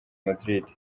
madrid